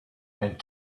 and